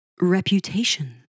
reputation